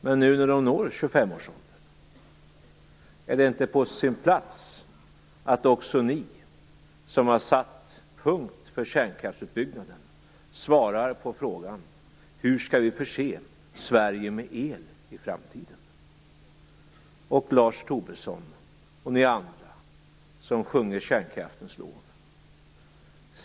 Men nu när reaktorerna når 25-årsåldern är det väl på sin plats att också de som har satt punkt för kärnkraftsutbyggnaden svarar på frågan: Hur skall vi förse Sverige med el i framtiden? Lars Tobisson och ni andra som sjunger kärnkraftens lov!